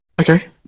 Okay